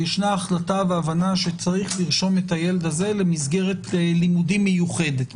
וישנה החלטה והבנה שצריך לרשום את הילד הזה למסגרת לימודים מיוחדת.